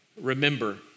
remember